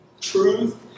truth